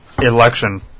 election